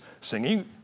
singing